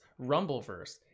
Rumbleverse